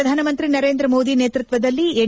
ಪ್ರಧಾನಮಂತ್ರಿ ನರೇಂದ್ರ ಮೋದಿ ನೇತೃತ್ವದಲ್ಲಿ ಎನ್